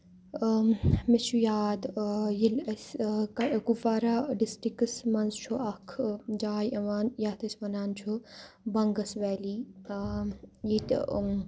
مےٚ چھُ یاد ییٚلہِ أسۍ کُپوارہ ڈِسٹرکَس منٛز چھُ اَکھ جاے یِوان یَتھ أسۍ وَنان چھُ بَنٛگَس ویلی ییٚتہِ